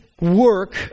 Work